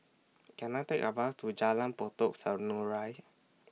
Can I Take A Bus to Jalan Pokok Serunai